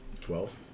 Twelve